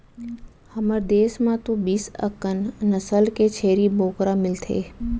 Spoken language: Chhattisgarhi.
हमर देस म तो बीस अकन नसल के छेरी बोकरा मिलथे